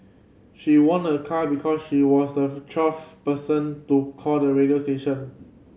she won a car because she was the twelfth person to call the radio station